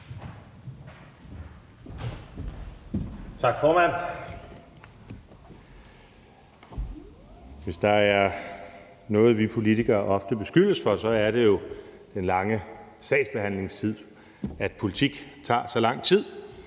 Tak, formand. Hvis der er noget, vi politikere ofte beskyldes for, så er det jo den lange sagsbehandlingstid – altså at politik tager så lang tid.